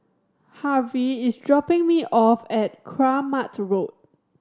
Harvie is dropping me off at Kramat Road